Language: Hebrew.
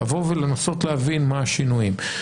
לנסות להבין מה השינויים.